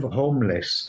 homeless